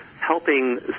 helping